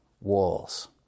walls